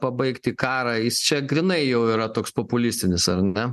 pabaigti karą jis čia grynai jau yra toks populistinis ar ne